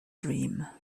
dream